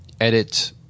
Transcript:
edit